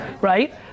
right